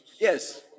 Yes